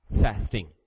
fasting